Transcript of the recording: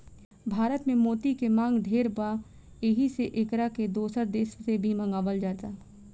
भारत में मोती के मांग ढेर बा एही से एकरा के दोसर देश से भी मंगावल जाला